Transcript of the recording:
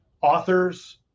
authors